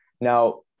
Now